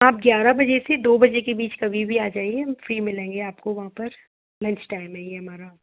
आप ग्यारह बजे से दो भेजे के बीच कभी भी आ जाइए आपको वहाँ पर लंचटाइम है यह हमारा